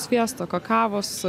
sviesto kakavos